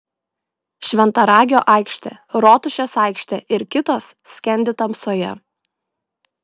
šventaragio aikštė rotušės aikštė ir kitos skendi tamsoje